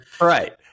Right